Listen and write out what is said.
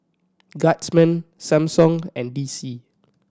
Guardsman Samsung and D C